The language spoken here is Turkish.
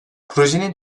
projenin